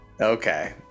Okay